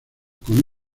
con